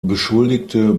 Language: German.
beschuldigte